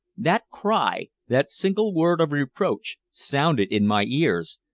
that cry that single word of reproach sounded in my ears,